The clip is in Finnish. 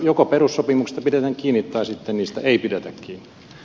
joko perussopimuksista pidetään kiinni tai sitten niistä ei pidetä kiinni